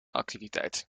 activiteit